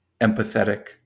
empathetic